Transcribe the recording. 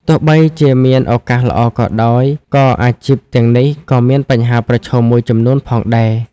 ទោះបីជាមានឱកាសល្អក៏ដោយ ក៏អាជីពទាំងនេះក៏មានបញ្ហាប្រឈមមួយចំនួនផងដែរ។